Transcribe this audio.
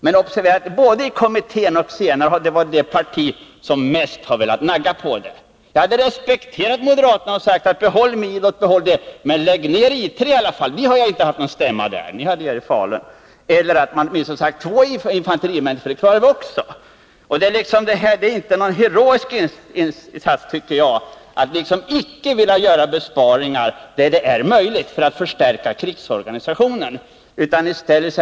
Men både i försvarskommittén och senare har moderaterna varit det parti som mest har velat nagga på besparingsförslag. Jag hade annars respekterat moderaterna om ni sagt: Behåll milostaben och behåll annat, men lägg ner I 3! Ni har inte haft någon stämma där — ni hade er i Falun. Vi kunde också ha klarat att lägga ner två infanteriregementen. Jag tycker inte att det är någon hereoisk insats att icke vilja göra besparingar där det är möjligt för att förstärka krigsorganisationen.